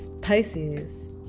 Pisces